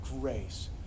grace